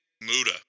Muda